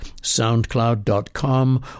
soundcloud.com